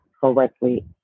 correctly